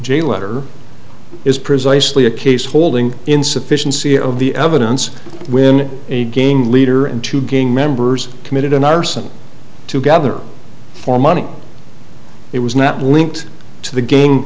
j letter is precisely a case holding insufficiency of the evidence when a gang leader and two gang members committed an arson to gather for money it was not linked to the gang